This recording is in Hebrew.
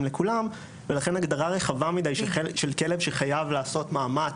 לכולם ולכן הגדרה רחבה מדי של כלב שחייב לעשות מאמץ,